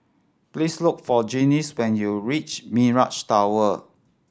please look for Gaines when you reach Mirage Tower